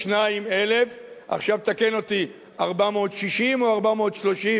342,000, עכשיו, תקן אותי, 460 או 430,